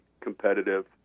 competitive